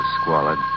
squalid